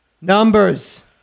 Numbers